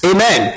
Amen